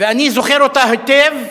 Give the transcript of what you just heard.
ואני זוכר אותה היטב,